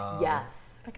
Yes